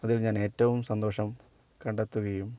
അതിൽ ഞാൻ ഏറ്റവും സന്തോഷം കണ്ടെത്തുകയും